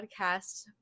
podcast